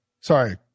Sorry